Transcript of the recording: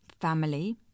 family